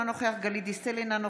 אינו נוכח גלית דיסטל אטבריאן,